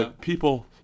people